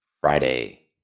Friday